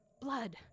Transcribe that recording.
Blood